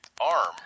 arm